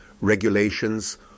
regulations